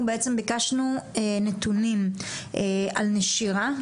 בעצם ביקשנו נתונים על נשירה,